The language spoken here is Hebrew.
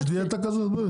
יש דיאטה כזו?